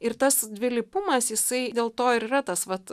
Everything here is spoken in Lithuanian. ir tas dvilypumas jisai dėl to ir yra tas vat